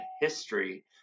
history